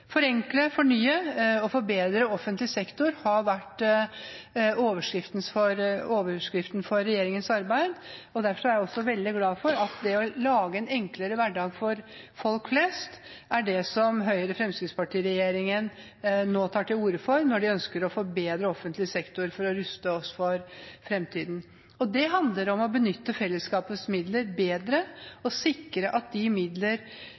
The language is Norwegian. forenkle, fornye og forbedre offentlig sektor har vært overskriften for regjeringens arbeid, og derfor er jeg veldig glad for at det å lage en enklere hverdag for folk flest er det som Høyre–Fremskrittsparti-regjeringen nå tar til orde for når de ønsker å forbedre offentlig sektor for å ruste oss for fremtiden. Det handler om å benytte fellesskapets midler bedre og sikre at de midler